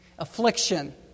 Affliction